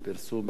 ברור, ברור.